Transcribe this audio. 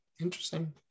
Interesting